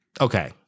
Okay